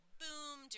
boom